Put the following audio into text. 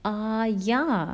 uh ya